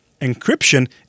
Encryption